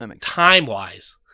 time-wise